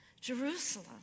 Jerusalem